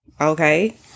okay